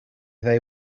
they